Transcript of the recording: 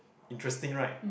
interesting right